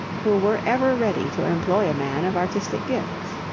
who were ever ready to employ a man of artistic gifts.